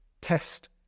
test